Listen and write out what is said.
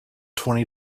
twenty